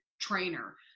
trainer